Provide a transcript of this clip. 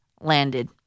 landed